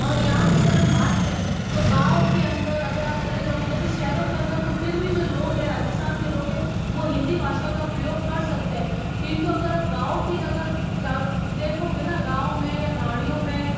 और यहाँ की अगर हम बात करें तो गांव के अंदर अगर आप चले जाओगे जैसे शहरों के अंदर तो फिर भी जो लोग है राजस्थान के लोग हैं वो हिंदी भाषा का प्रयोग कर सकते हैं किंतु अगर आप गांव की जगह देखोगे ना गांव में या ढानियों में